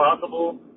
possible